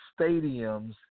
stadiums